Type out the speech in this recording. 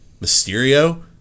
Mysterio